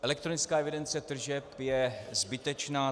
Elektronická evidence tržeb je zbytečná.